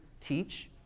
teach